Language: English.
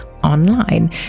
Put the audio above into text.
online